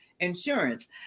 insurance